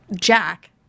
Jack